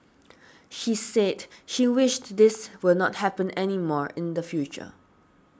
she said she wished this will not happen anymore in the future